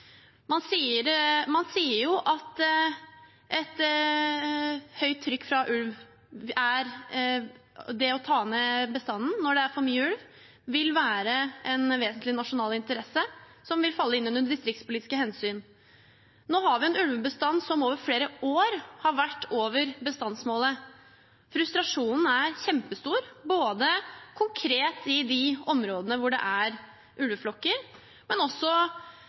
Man sier at det å ta ned bestanden når det er for mye ulv, vil være en vesentlig nasjonal interesse, som vil falle inn under distriktspolitiske hensyn. Nå har vi jo en ulvebestand som over flere år har vært over bestandsmålet. Frustrasjonen er kjempestor både konkret i de områdene hvor det er ulveflokker, og også